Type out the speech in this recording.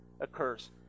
occurs